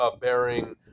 bearing